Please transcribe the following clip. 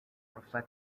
reflect